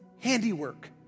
handiwork